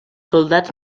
soldats